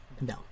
No